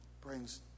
brings